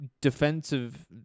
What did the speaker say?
defensive